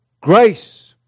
grace